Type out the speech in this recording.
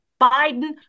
Biden